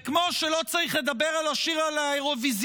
וכמו שלא צריך לדבר על השיר לאירוויזיון,